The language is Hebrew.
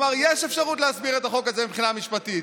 כלומר יש אפשרות להסביר את החוק הזה מבחינה משפטית,